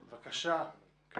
בבקשה.